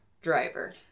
driver